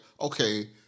okay